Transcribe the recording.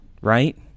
Right